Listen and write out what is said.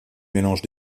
mélange